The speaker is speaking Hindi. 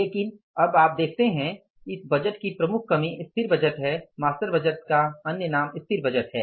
लेकिन अब आप देखते हैं इस बजट की प्रमुख सीमा स्थिर बजट है मास्टर बजट का अन्य नाम स्थिर बजट है